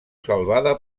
salvada